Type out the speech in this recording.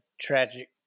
tragic